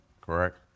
Correct